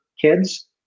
kids